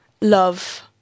love